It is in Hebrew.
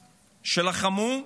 שלחמו,